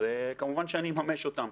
אז כמובן שאני אממש אותן.